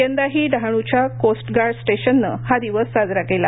यंदाही डहाण्च्या coast guard स्टेशननं हा दिवस साजरा केला